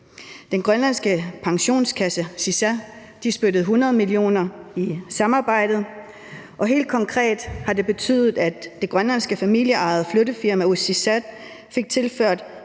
Den grønlandske pensionskasse SISA spyttede 100 mio. kr. i samarbejdet, og helt konkret har det betydet, at det grønlandske familieejede flyttefirma Usisaat fik tilført